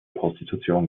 prostitution